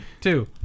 two